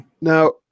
Now